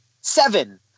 Seven